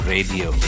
Radio